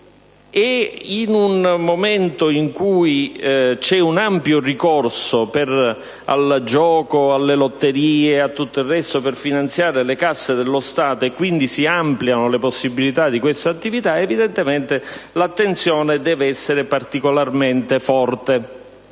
In un momento in cui c'è un ampio ricorso al gioco, alle lotterie e a tutto il resto per finanziare le casse dello Stato e quindi si ampliano le possibilità di questa attività, evidentemente l'attenzione deve essere particolarmente forte,